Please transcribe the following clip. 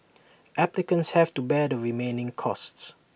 applicants have to bear the remaining costs